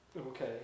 Okay